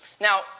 Now